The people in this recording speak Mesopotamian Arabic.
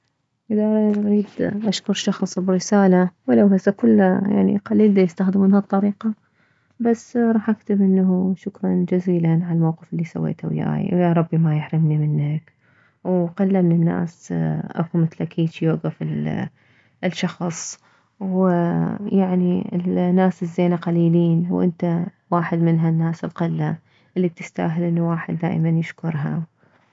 اذا اريد اشكر شخص برسالة ولو هسه كله يعني قليل ديستخدمون هالطريقة بس راح اكتب انه شكرا جزيلا عالموقف اللي سويته وياي ويا ربي ما يحرمني منك وقلة من الناس اكو مثلك هيجي يوكف لشخص ويعني الناس الزينة قليلين وانت واحد من هالناس القلة اللي تستاهل انه الواحد دائما يشكرها